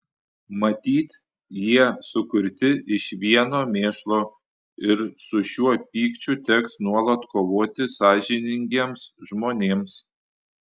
matyt jie sukurti iš vieno mėšlo ir su šiuo pykčiu teks nuolat kovoti sąžiningiems žmonėms